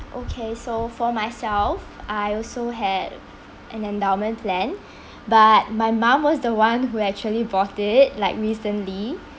okay so for myself I also had an endowment plan but my mom was the one who actually bought it like recently